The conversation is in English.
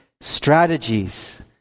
strategies